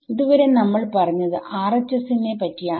ഇതുവരെ നമ്മൾ പറഞ്ഞത് RHS നെ പറ്റിയാണ്